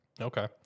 Okay